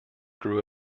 grew